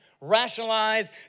rationalize